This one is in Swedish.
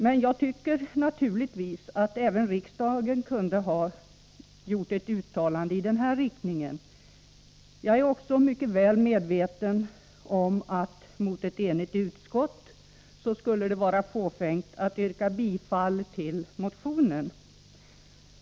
Men jag tycker naturligtvis att även riksdagen kunde ha gjort ett uttalande i denna riktning. Jag är mycket väl medveten om att det mot ett enigt utskott skulle vara fåfängt att yrka bifall till motionen.